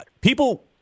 People